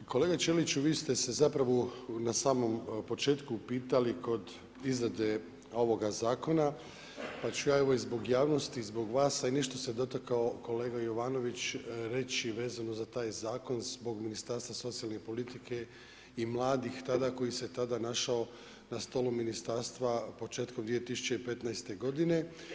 Kolega Ćeliću vi ste se zapravo na samom početku upitali kod izrade ovoga zakona pa ću ja evo i zbog javnosti i zbog vas, a i nešto se dotakao kolega Jovanović reći vezano za taj zakon zbog Ministarstva socijalne politike i mladih tada koji se tada našao na stolu ministarstva početkom 2015. godine.